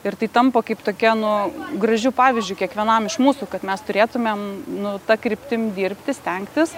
ir tai tampa kaip tokia nu gražiu pavyzdžiu kiekvienam iš mūsų kad mes turėtumėm nu ta kryptim dirbti stengtis